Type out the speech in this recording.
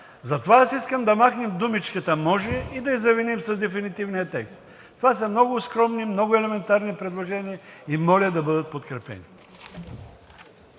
Затова искам да махнем думичката „може“ и да я заменим с дефинитивния текст. Това са много скромни, много елементарни предложения и моля да бъдат подкрепени.